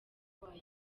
wayo